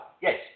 Yes